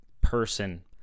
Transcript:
person